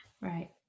Right